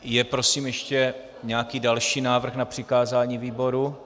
Je prosím ještě nějaký další návrh na přikázání výboru?